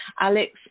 Alex